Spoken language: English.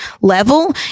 level